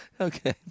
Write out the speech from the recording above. Okay